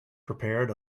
prepared